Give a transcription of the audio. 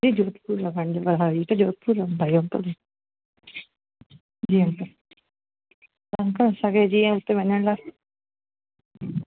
हा